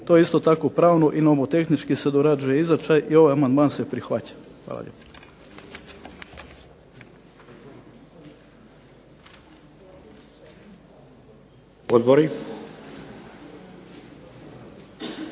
To isto tako pravno i nomotehnički se dorađuje izričaj i ovaj amandman se prihvaća. Hvala lijepa.